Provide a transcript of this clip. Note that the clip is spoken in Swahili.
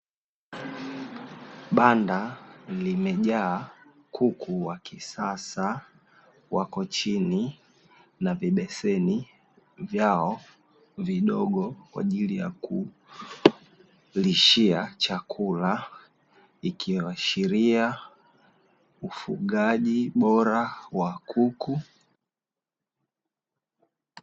Banda limejaa kuku wa kisasa wako chini na vibeseni vyao vidogo kwa ajili ya kulishia chakula ikiashiria ufugaji bora wa kuku.